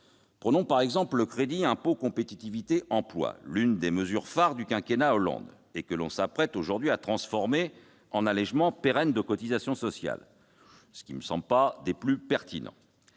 Prenons l'exemple du crédit d'impôt pour la compétitivité et l'emploi, le CICE, l'une des mesures phares du quinquennat Hollande, que l'on s'apprête aujourd'hui à transformer en allégement pérenne de cotisations sociales, ce qui ne me semble guère pertinent.